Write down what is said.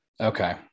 okay